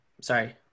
sorry